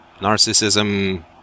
narcissism